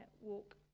walk